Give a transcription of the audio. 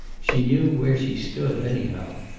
she knew where she stood, anyhow.